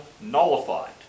nullified